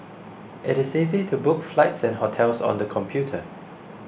it is easy to book flights and hotels on the computer